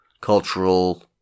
cultural